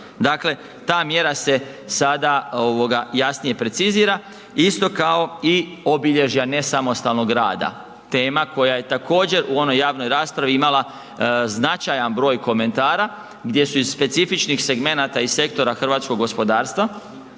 Dakle ta mjera se sada jasnije precizira isto kao i obilježja nesamostalnog rada. Tema koja je također u onoj javnoj raspravi imala značajan broj komentara gdje su iz specifičnih segmenata i sektora hrvatskog gospodarstva